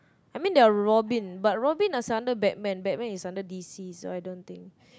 I mean they are Robin but Robin is under Batman Batman is under D_C so I don't think